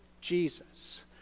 Jesus